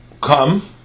come